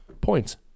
points